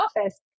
office